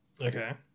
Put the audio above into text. Okay